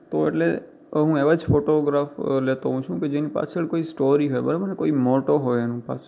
તો એટલે હું એવા જ ફોટોગ્રાફ લેતો હોઉં છું કે જેની પાછળ કોઈ સ્ટોરી હોય બરોબર ને કોઈ મોટો હોય એનું પાછળ